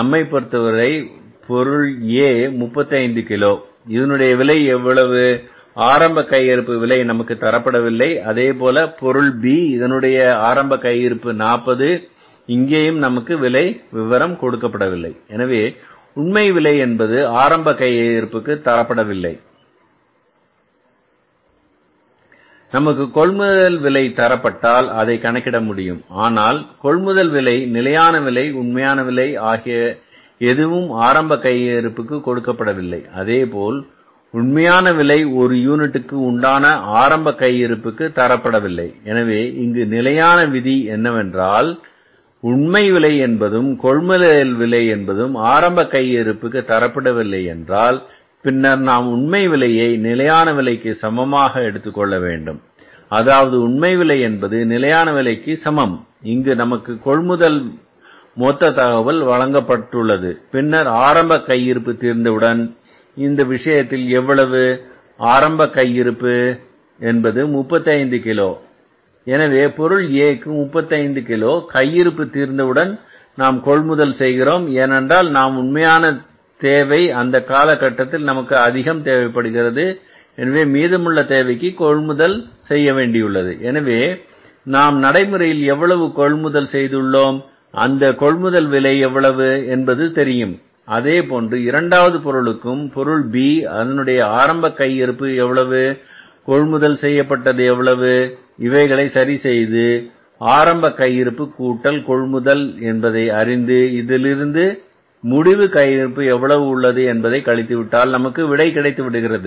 நம்மை பொருத்தவரை பொருள் A 35 கிலோ இதனுடைய விலை எவ்வளவு ஆரம்ப கையிருப்பு விலை நமக்கு தரப்படவில்லை அதேபோல பொருள் B இதனுடைய ஆரம்ப கையிருப்பு 40 இங்கேயும் நமக்கு விலை விவரம் கொடுக்கப்படவில்லை எனவே உண்மை விலை என்பது ஆரம்ப கையிருப்பு க்கு தரப்படவில்லை நமக்கு கொள்முதல் விலை தரப்பட்டால் அதை கணக்கிட முடியும் ஆனால் கொள்முதல் விலை நிலையான விலை உண்மையான விலை ஆகிய எதுவும் ஆரம்ப கையிருப்பு க்கு கொடுக்கப்படவில்லை அதேபோல் உண்மை விலை ஒரு யூனிட்டுக்கு உண்டான ஆரம்ப கையிருப்பு க்கு தரப்படவில்லை எனவே இங்கு நிலையான விதி என்னவென்றால் உண்மை விலை என்பதும் கொள்முதல் விலை என்பதும் ஆரம்ப கையிருப்புக்கு தர படவில்லை என்றால் பின்னர்நாம் உண்மை விலையை நிலையான விலைக்கு சமமாக எடுத்துக் கொள்ள வேண்டும் அதாவது உண்மை விலை என்பது நிலையான விலைக்கு சமம் இங்கு நமக்கு கொள்முதல்மொத்த தகவல் வழங்கப்பட்டுள்ளது பின்னர் ஆரம்பக் கையிருப்பு தீர்ந்தவுடன் இந்த விஷயத்தில் எவ்வளவு ஆரம்ப கையிருப்பு என்பது 35 கிலோ எனவே பொருள Aக்கு 35 கிலோ கையிருப்பு தீர்ந்தவுடன் நாம் கொள்முதல் செய்கிறோம் ஏனென்றால் நமது உண்மையான தேவை அந்த காலகட்டத்தில் நமக்கு அதிகம் தேவைப்படுகிறது எனவே மீதமுள்ள தேவைக்கு கொள்முதல் செய்ய வேண்டியுள்ளது எனவே நாம் நடைமுறையில் எவ்வளவு கொள்முதல் செய்துள்ளோம் அந்த கொள்முதல் விலை எவ்வளவு என்பது தெரியும் அதேபோன்று இரண்டாவது பொருளுக்கும் பொருள் B எவ்வளவு ஆரம்ப கையிருப்பு எவ்வளவு கொள்முதல் செய்யப்பட்டது இவைகளை சரி செய்து ஆரம்ப கையிருப்பு கூட்டல் கொள்முதல் என்பதை அறிந்து அதிலிருந்து முடிவு கையிருப்பு எவ்வளவு உள்ளது என்பதை கழித்துவிட்டால் நமக்கு விடை கிடைக்கிறது